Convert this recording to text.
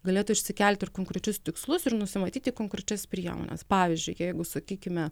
galėtų išsikelti ir konkrečius tikslus ir nusimatyti konkrečias priemones pavyzdžiui jeigu sakykime